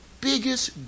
biggest